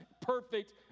perfect